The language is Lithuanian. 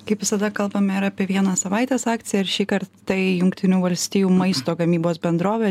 kaip visada kalbame ir apie vieną savaitės akciją ir šįkart tai jungtinių valstijų maisto gamybos bendrovė